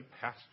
pastor